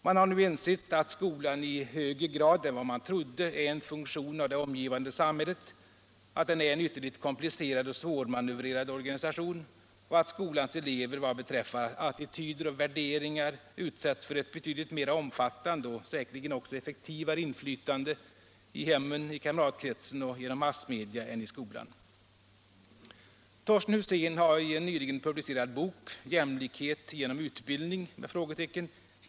Man har nu insett att skolan i högre grad än man trodde är en funktion av det omgivande samhället, att den är en ytterligt komplicerad och svårmanövrerad organisation och att skolans elever vad beträffar attityder och värderingar utsätts för ett betydligt mera omfattande och säkerligen också effektivare inflytande i hemmen, i kamratkretsen och genom massmedia än i skolan. Torsten Husén har i en nyligen publicerad bok — Jämlikhet genom utbildning?